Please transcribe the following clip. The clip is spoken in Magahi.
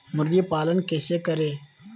मुर्गी पालन कैसे करें?